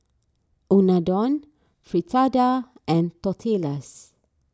Unadon Fritada and Tortillas